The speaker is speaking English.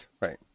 right